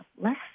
less